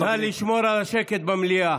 נא לשמור על השקט במליאה.